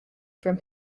from